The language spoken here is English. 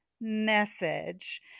message